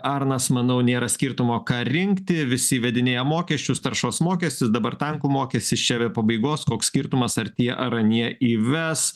arnas manau nėra skirtumo ką rinkti visi įvedinėja mokesčius taršos mokestis dabar tankų mokestis čia be pabaigos koks skirtumas ar tie ar anie įves